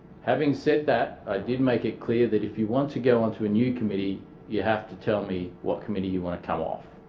having said that i did make it clear that if you want to go onto a new committee you have to tell me what committee you want to come off